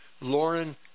Lauren